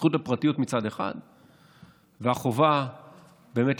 זכות הפרטיות מצד אחד ובין החובה לשמור